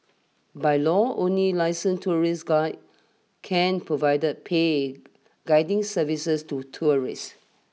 by law only licensed tourist guides can provided paid guiding services to tourists